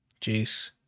Jeez